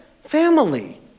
family